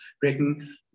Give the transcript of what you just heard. breaking